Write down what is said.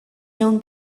known